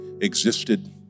existed